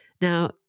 Now